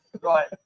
right